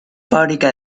fábrica